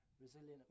resilient